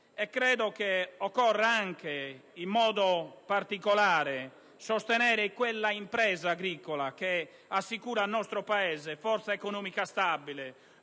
Credo occorra in particolare sostenere quella impresa agricola che assicura al nostro Paese forza economica ed